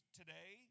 today